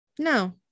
no